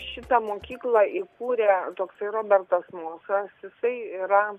šitą mokyklą įkūrė toksai robertas mosas jisai yra